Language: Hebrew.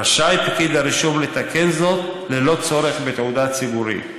רשאי פקיד הרישום לתקן זאת ללא צורך בתעודה ציבורית.